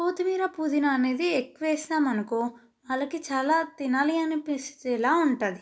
కొత్తిమీర పుదీనా అనేది ఎక్కువ వేసాం అనుకో వాళ్ళకి చాలా తినాలి అనిపించేలాగా ఉంటుంది